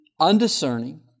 undiscerning